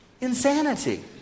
Insanity